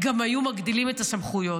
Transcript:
גם היו מגדילים את הסמכויות.